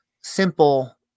simple